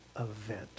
event